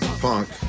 Funk